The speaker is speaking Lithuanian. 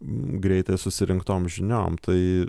greitai susirinktom žiniom tai